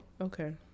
Okay